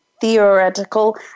theoretical